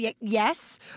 yes